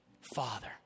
Father